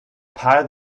pile